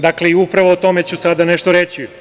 Dakle, upravo o tome ću sada nešto reći.